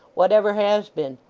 what ever has been?